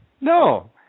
No